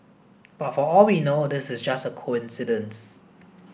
but for all we know this is just a coincidence